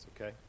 okay